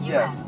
Yes